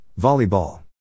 Volleyball